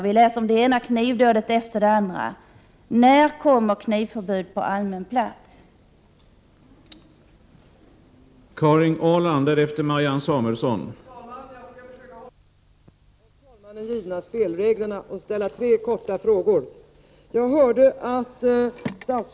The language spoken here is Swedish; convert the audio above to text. Vi läser om det ena knivdådet efter det andra. När kommer man att införa ett förbud mot att ha kniv med sig på allmän plats?